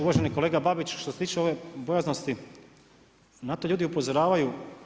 Uvaženi kolega Babić, što se tiče ove bojaznosti na to ljudi upozoravaju.